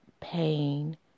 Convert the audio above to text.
pain